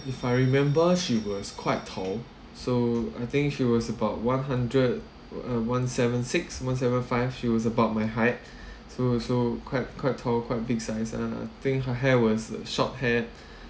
if I remember she was quite tall so I think she was about one hundred uh one seven six one seven five she was about my height so also quite quite tall quite big size uh I think her hair was uh short hair